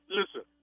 listen